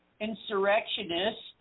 insurrectionist